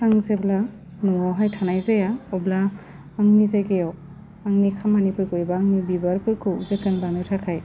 आं जेब्ला न'वावहाय थानाय जाया अब्ला आंनि जायगायाव आंनि खामानिफोरखौ एबा आंनि बिबारफोरखौ जोथोन लानो थाखाय